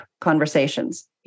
conversations